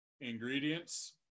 ingredients